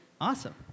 Awesome